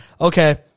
okay